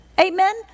Amen